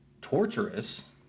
torturous